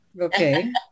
Okay